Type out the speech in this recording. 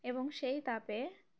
এবং সেই তাপে